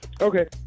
Okay